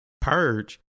purge